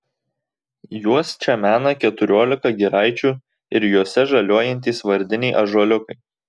juos čia mena keturiolika giraičių ir jose žaliuojantys vardiniai ąžuoliukai